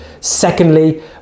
Secondly